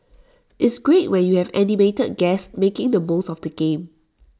it's great when you have animated guests making the most of the game